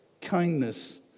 kindness